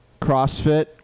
CrossFit